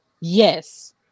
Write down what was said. yes